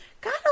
God